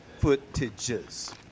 Footages